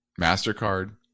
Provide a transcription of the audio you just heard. MasterCard